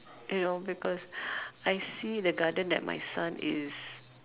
you know because I see the garden that my son is